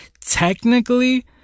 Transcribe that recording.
technically